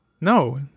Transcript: no